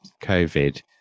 COVID